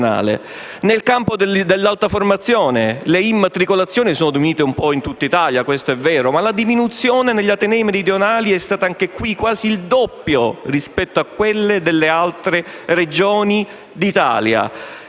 Nel campo dell'alta formazione le immatricolazioni sono diminuite un po' in tutta Italia - questo è vero - ma negli atenei meridionali la diminuzione è stata pari a quasi il doppio rispetto a quelle delle altre Regioni d'Italia.